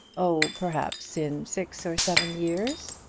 oh perhaps in six or seven years.